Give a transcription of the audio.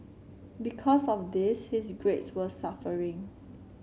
because of this his grades were suffering